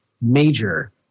major